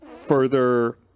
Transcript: Further